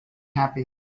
happy